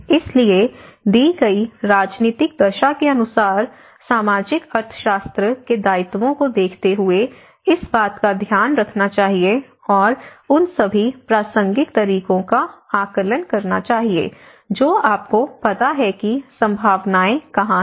इसलिए दी गई राजनीतिक दशा के अनुसार सामाजिक अर्थशास्त्र के दायित्वों को देखते हुए इस बात का ध्यान रखना चाहिए और उन सभी प्रासंगिक तरीकों का आकलन करना चाहिए जो आपको पता है कि संभावनाएं कहां हैं